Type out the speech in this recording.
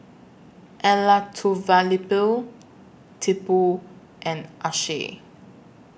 Elattuvalapil Tipu and Akshay